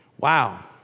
Wow